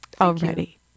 already